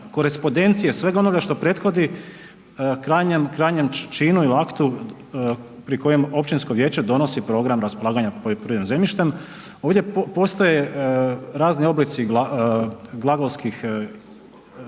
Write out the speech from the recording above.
korespondencije, svega onoga što je prethodi krajnjem činu ili aktu pri kojem općinsko vijeće donosi program raspolaganja poljoprivrednim zemljištem, ovdje postoje razni oblici glagola,